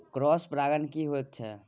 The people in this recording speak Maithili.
क्रॉस परागण की होयत छै?